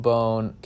Bone